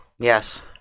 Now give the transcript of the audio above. Yes